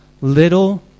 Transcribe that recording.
little